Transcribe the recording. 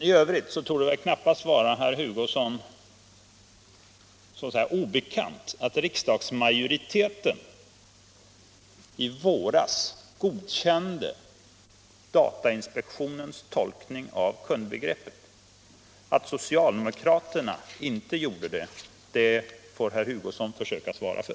I övrigt torde det knappast vara herr Hugosson obekant att riksdagsmajoriteten i våras godkände datainspektionens tolkning av kundbegreppet. Att socialdemokraterna inte gjorde det får väl herr Hugosson svara för.